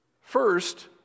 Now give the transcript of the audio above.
First